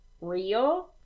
real